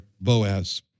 Boaz